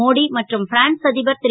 மோடி மற்றும் பிரான்ஸ் அ பர் ரு